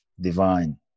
Divine